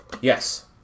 Yes